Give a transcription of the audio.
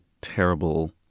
terrible